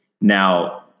Now